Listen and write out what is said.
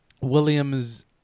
William's